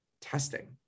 testing